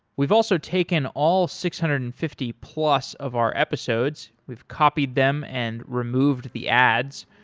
we've also taken all six hundred and fifty plus of our episodes. we've copied them and removed the ads,